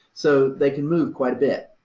so they can move quite a bit.